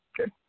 Okay